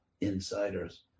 insiders